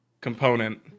component